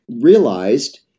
realized